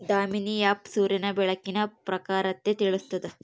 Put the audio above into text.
Damini app ಸೂರ್ಯನ ಬೆಳಕಿನ ಪ್ರಖರತೆ ತಿಳಿಸ್ತಾದ